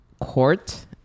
court